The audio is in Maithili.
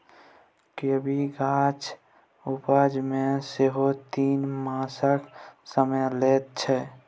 कोबीक गाछ उपजै मे सेहो तीन मासक समय लैत छै